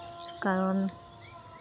ᱠᱟᱨᱚᱱ